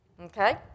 okay